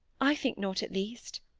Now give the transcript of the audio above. i think not, at least.